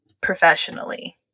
professionally